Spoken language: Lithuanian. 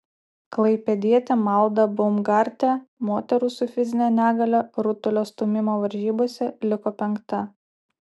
klaipėdietė malda baumgartė moterų su fizine negalia rutulio stūmimo varžybose liko penkta